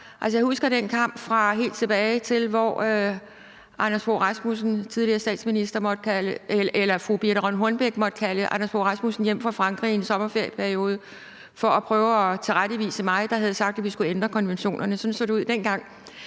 måtte kalde daværende statsminister Anders Fogh Rasmussen hjem fra Frankrig i en sommerferieperiode for at prøve at tilrettevise mig, der havde sagt, at vi skulle ændre konventionerne. Sådan så det ud dengang.